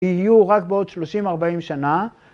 יהיו רק בעוד 30-40 שנה.